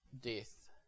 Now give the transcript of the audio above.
death